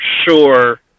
sure